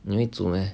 你会煮咩